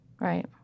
Right